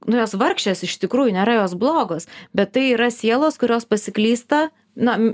nu jos vargšės iš tikrųjų nėra jos blogos bet tai yra sielos kurios pasiklysta na